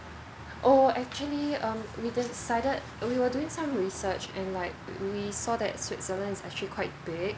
oh actually we decided we were doing some research and like we saw that switzerland is actually quite big